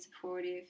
supportive